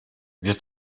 wir